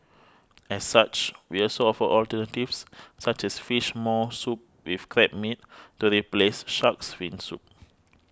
as such we also offer alternatives such as Fish Maw Soup with Crab Meat to replace Shark's Fin Soup